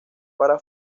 para